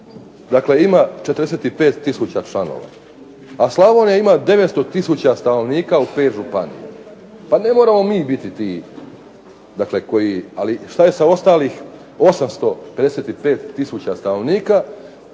dakle ima 45000 članova, a Slavonija ima 900000 stanovnika u pet županija. Pa ne moramo mi biti ti, dakle koji. Ali šta je sa ostalih 845000 stanovnika